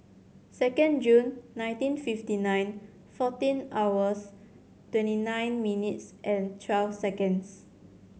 second June nineteen fifty nine fourteen hours twenty nine minutes twelve seconds